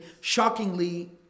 shockingly